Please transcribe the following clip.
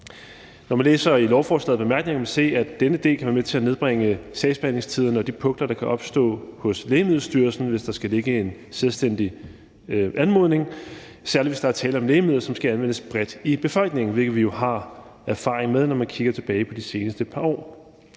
en sundhedsperson. I lovforslaget og i bemærkningerne kan man se, at denne del kan være med til at nedbringe sagsbehandlingstiderne og de pukler, der kan opstå hos Lægemiddelstyrelsen, hvis der skal ligge en selvstændig anmodning, særlig hvis der er tale om lægemidler, som skal anvendes bredt i befolkningen, hvilket vi jo har erfaring med, når man kigger tilbage på de seneste par år.